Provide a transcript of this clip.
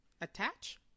Attach